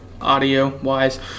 audio-wise